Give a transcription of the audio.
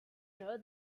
know